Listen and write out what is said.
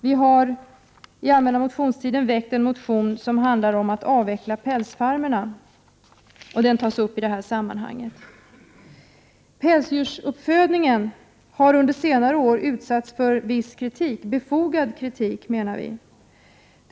Vi har under den allmänna motionstiden väckt en motion som handlar om att avveckla pälsfarmerna. Den tas upp i detta sammanhang. Pälsdjursuppfödningen har under senare år utsatts för viss kritik, befogad Prot. 1988/89:112 kritik, menar vi.